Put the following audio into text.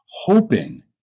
hoping